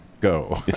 Go